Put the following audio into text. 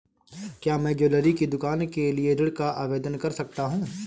क्या मैं ज्वैलरी की दुकान के लिए ऋण का आवेदन कर सकता हूँ?